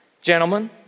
Gentlemen